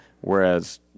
Whereas